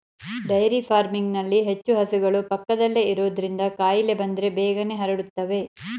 dairy ಫಾರ್ಮಿಂಗ್ನಲ್ಲಿ ಹೆಚ್ಚು ಹಸುಗಳು ಪಕ್ಕದಲ್ಲೇ ಇರೋದ್ರಿಂದ ಕಾಯಿಲೆ ಬಂದ್ರೆ ಬೇಗನೆ ಹರಡುತ್ತವೆ